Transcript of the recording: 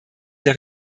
der